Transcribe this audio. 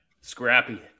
scrappy